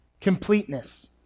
completeness